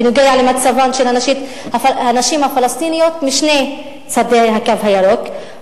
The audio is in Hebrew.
בנוגע למצבן של הנשים הפלסטיניות משני צדי "הקו הירוק",